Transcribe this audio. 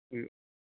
ᱦᱩᱭᱩᱜ